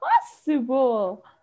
possible